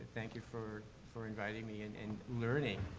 thank you for, for inviting me, an and learning,